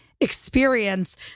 experience